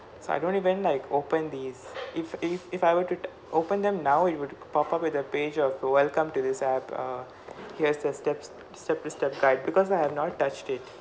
so I don't even like open these if if if I were to open them now it would pop up with a page of welcome to this app err here's the steps step to step guide because I have not touched it